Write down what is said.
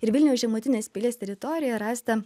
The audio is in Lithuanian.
ir vilniaus žemutinės pilies teritorijoj rasta